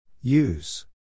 Use